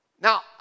Now